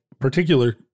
particular